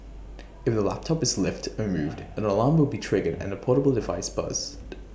if the laptop is lifted or moved an alarm will be triggered and the portable device buzzed